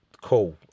cool